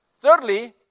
Thirdly